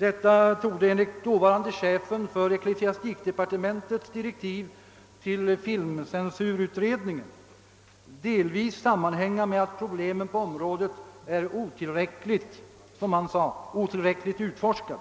Detta torde, enligt de direktiv som dåvarande chefen för ecklesiastikdepartementet gav filmcensurutredningen, del vis sammanhänga med att problemen på området är — som det hette — otillräckligt utforskade.